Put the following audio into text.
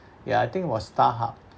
ya I think it was Starhub